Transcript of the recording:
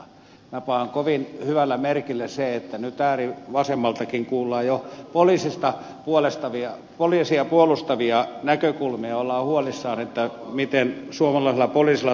minä panen kovin hyvällä merkille sen että nyt äärivasemmaltakin kuullaan jo poliisia puolustavia näkökulmia ja ollaan huolissaan miten suomalaisella poliisilla toimintaedellytykset ovat